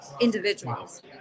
individuals